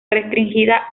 restringida